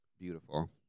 beautiful